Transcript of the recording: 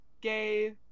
gay